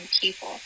people